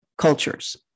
cultures